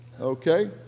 okay